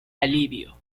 alivio